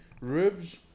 ribs